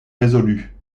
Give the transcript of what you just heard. résolue